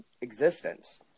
existence